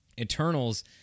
Eternals